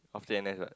after N_S what